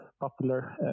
popular